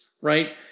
right